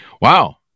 wow